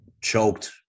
choked